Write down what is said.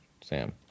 Sam